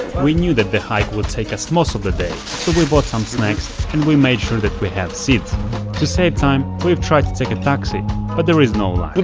we knew that the hike would take us most of the day so we bought some snacks and we made sure that we have seeds to save time we've tried to take a taxi but there is no